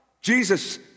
Jesus